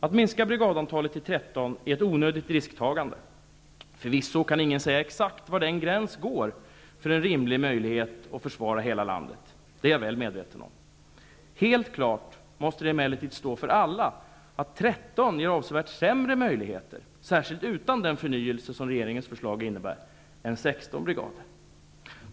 Att minska brigadantalet till 13 är ett onödigt risktagande. Förvisso kan ingen säga exakt var en gräns går för en rimlig möjlighet att försvara hela landet, det är jag väl medveten om. Helt klart måste det emellertid stå för alla att 13 ger avsevärt sämre möjligheter -- särskilt utan den förnyelse som regeringens förslag innebär -- än 16 brigader.